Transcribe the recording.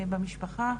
במשפחה,